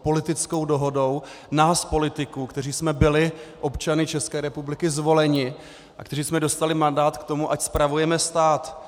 Politickou dohodou nás politiků, kteří jsme byli občany České republiky zvoleni a kteří jsme dostali mandát k tomu, ať spravujeme stát.